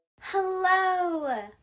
hello